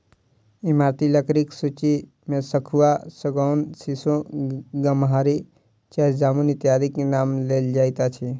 ईमारती लकड़ीक सूची मे सखुआ, सागौन, सीसो, गमहरि, चह, जामुन इत्यादिक नाम लेल जाइत अछि